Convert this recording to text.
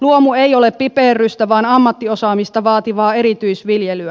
luomu ei ole piperrystä vaan ammattiosaamista vaativaa erityisviljelyä